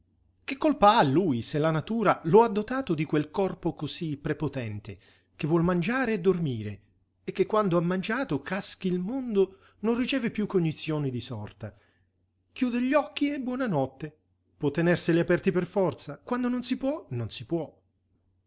che colpa ha lui se la natura lo ha dotato di quel corpo cosí prepotente che vuol mangiare e dormire e che quando ha mangiato caschi il mondo non riceve piú cognizioni di sorta chiude gli occhi e buona notte può tenerseli aperti per forza quando non si può non si può